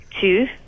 Two